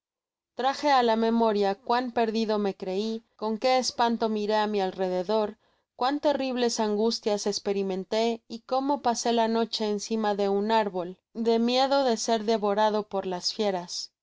traje á la memoria cuan perdido me crei con qué espanto miré á mi alrededor cuán teribles angustias esperimenté y como pasó la noche'encima de un árbol de miedo de ser devorado por las fieras